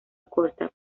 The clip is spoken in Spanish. corta